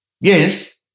Yes